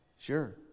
sure